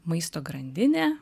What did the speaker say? maisto grandinė